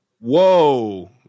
Whoa